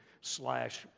slash